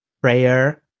prayer